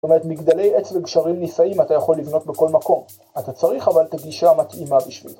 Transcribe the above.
‫זאת אומרת, מגדלי עץ וגשרים נישאים ‫אתה יכול לבנות בכל מקום. ‫אתה צריך אבל ‫את הגישה המתאימה בשבילך.